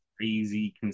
crazy